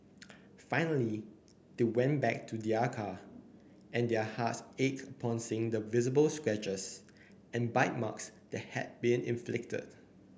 finally they went back to their car and their hearts ached upon seeing the visible scratches and bite marks that had been inflicted